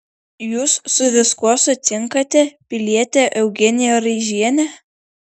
jūs su viskuo sutinkate piliete eugenija raižiene